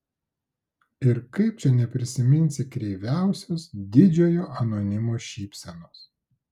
ir kaip čia neprisiminsi kreiviausios didžiojo anonimo šypsenos